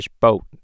boat